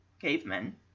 cavemen